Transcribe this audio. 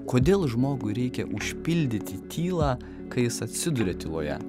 kodėl žmogui reikia užpildyti tylą kai jis atsiduria tyloje